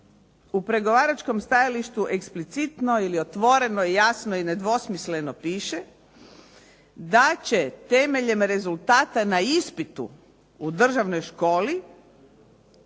u pregovaračkom stajalištu eksplicitno ili otvoreno, jasno i nedvosmisleno piše da će temeljem rezultata na ispitu u državnoj školi